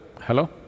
Hello